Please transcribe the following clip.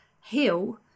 heal